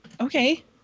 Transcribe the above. okay